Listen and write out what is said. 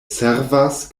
servas